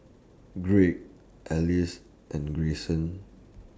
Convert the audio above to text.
Gregg Alease and Grayson